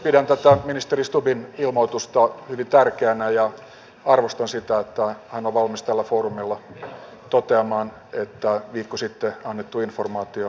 pidän tätä ministeri stubbin ilmoitusta hyvin tärkeänä ja arvostan sitä että hän on valmis tällä foorumilla toteamaan että viikko sitten annettu informaatio oli virheellinen